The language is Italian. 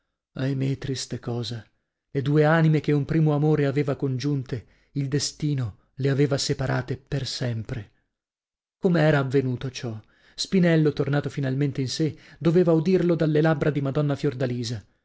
altro ahimè triste cosa le due anime che un primo amore aveva congiunte il destino le aveva separate per sempre com'era avvenuto ciò spinello tornato finalmente in sè doveva udirlo dalle labbra di madonna fiordalisa